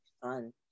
fun